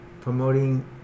promoting